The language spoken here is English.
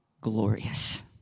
glorious